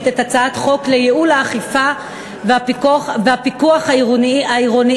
את הצעת חוק לייעול האכיפה והפיקוח העירוניים